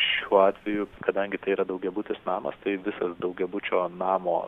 šiuo atveju kadangi tai yra daugiabutis namas tai visas daugiabučio namo